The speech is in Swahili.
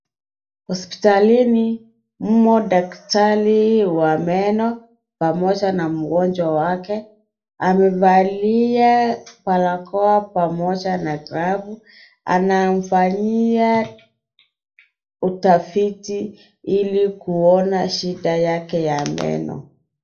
Hospitalini mumo daktari wa meno pamoja na mgonjwa wake. Amevalia barakoa pamoja na glavu. Anamfanyia utafiti ili kuona shida yake ya meno.